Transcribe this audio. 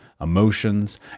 emotions